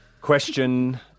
Question